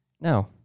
No